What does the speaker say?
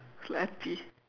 it's like aunty